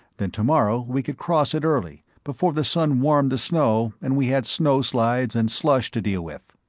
then tomorrow we could cross it early, before the sun warmed the snow and we had snowslides and slush to deal with.